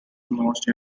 most